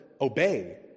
obey